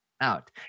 out